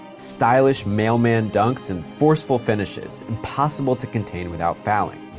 stylish mailman dunks and forceful finishes, impossible to contain without fouling,